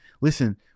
Listen